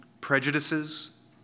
prejudices